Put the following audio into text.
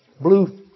blue